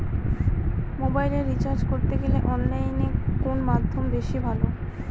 মোবাইলের রিচার্জ করতে গেলে অনলাইনে কোন মাধ্যম বেশি ভালো?